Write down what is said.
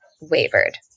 wavered